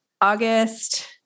August